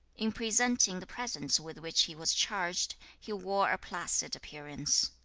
in presenting the presents with which he was charged, he wore a placid appearance.